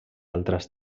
altres